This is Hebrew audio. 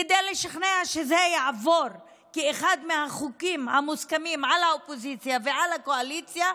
כדי לשכנע שזה יעבור כאחד מהחוקים המוסכמים על האופוזיציה והקואליציה,